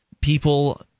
people –